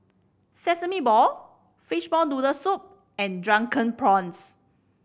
Sesame Ball fishball noodle soup and Drunken Prawns